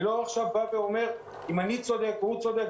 אני לא אומר עכשיו אם אני צודק או הוא צודק.